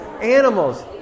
animals